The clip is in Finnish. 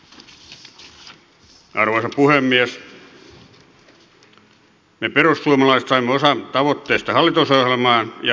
me perussuomalaiset saimme osan tavoitteista hallitusohjelmaan ja hyvä niin